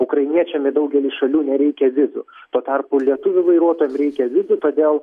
ukrainiečiam į daugelį šalių nereikia vizų tuo tarpu lietuvių vairuotojam reikia vizų todėl